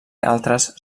altres